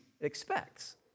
expects